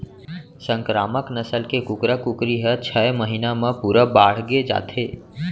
संकरामक नसल के कुकरा कुकरी ह छय महिना म पूरा बाड़गे जाथे